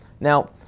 Now